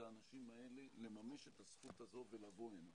האנשים האלה לממש את הזכות הזאת ולבוא הנה.